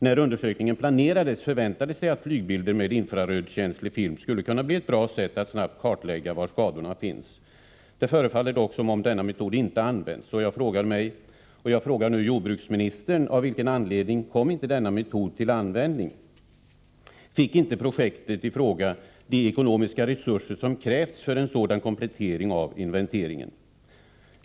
När undersökningen planerades, förväntades det att flygbilder med infrarödkänslig film skulle kunna bli ett bra sätt att snabbt kartlägga var skadorna finns. Det förefaller dock som om denna metod inte använts. Jag frågar nu jordbruksministern: Av vilken anledning kom inte denna metod till användning? Fick inte projektet i fråga de ekonomiska resurser som krävts för en sådan komplettering av inventeringen?